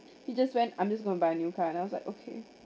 he just when I'm just going to buy a new car and I was like okay